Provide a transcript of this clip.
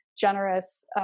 generous